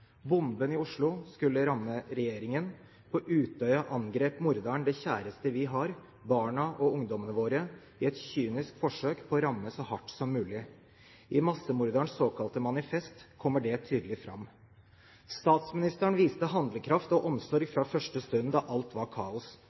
Bomben i Oslo skulle ramme regjeringen. På Utøya angrep morderen det kjæreste vi har, barna og ungdommene våre, i et kynisk forsøk på å ramme så hardt som mulig. I massemorderens såkalte manifest kommer det tydelig fram. Statsministeren viste handlekraft og omsorg fra første stund da alt var kaos.